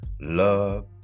love